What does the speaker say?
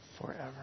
forever